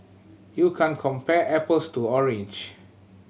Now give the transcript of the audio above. you can't compare apples to orange